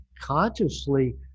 consciously